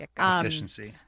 Efficiency